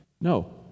No